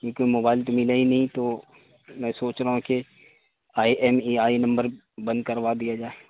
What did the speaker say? کیونکہ موبائل تو ملا ہی نہیں تو میں سوچ رہا ہوں کہ I M E I number بند کروا دیا جائے